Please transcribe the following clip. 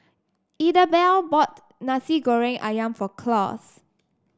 Idabelle bought Nasi Goreng ayam for Claus